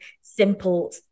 simple